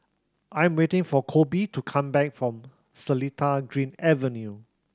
I'm waiting for Kolby to come back from Seletar Dream Avenue